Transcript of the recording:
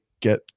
get